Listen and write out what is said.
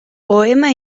poema